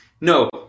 No